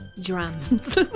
Drums